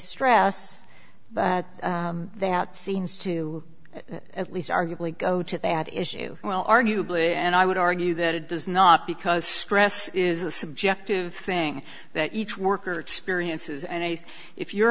stress but that seems to at least arguably go to that issue well arguably and i would argue that it does not because stress is a subjective thing that each worker experiences and if you're